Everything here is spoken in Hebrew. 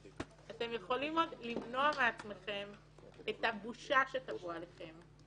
אתם יכולים עוד למנוע מעצמכם את הבושה שתבוא עליכם.